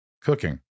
Cooking